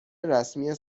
رسمی